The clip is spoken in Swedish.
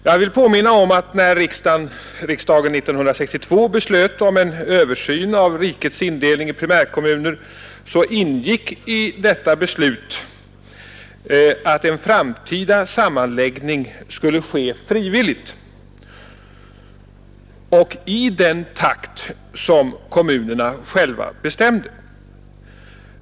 Jag vill påminna om att det i det beslut som riksdagen 1962 fattade om en översyn av rikets indelning i primärkommuner ingick att en framtida sammanläggning skulle ske frivilligt och i den takt som kommunerna själva bestämde.